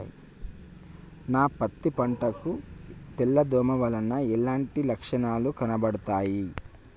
నా పత్తి పంట కు తెల్ల దోమ వలన ఎలాంటి లక్షణాలు కనబడుతాయి?